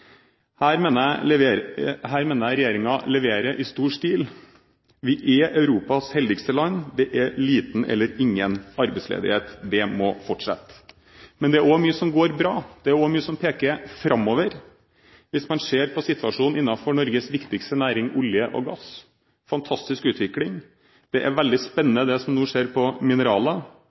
Her mener jeg regjeringen leverer i stor stil. Vi er Europas heldigste land, vi har liten eller ingen arbeidsledighet. Det må fortsette. Men det er også mye som går bra, og mye som peker framover. Hvis man ser på situasjonen innenfor Norges viktigste næring, olje og gass, er det en fantastisk utvikling. Det er veldig spennende, det som nå skjer innenfor mineraler